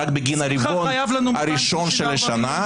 רק בגין הרבעון הראשון של השנה.